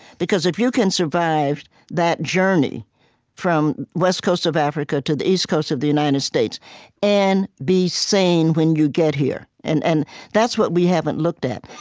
because if you can survive that journey from west coast of africa to the east coast of the united states and be sane when you get here and and that's what we haven't looked at.